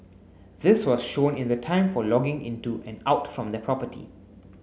this was shown in the time for logging into and out from the property